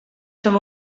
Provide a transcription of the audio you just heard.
som